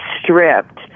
stripped